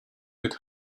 get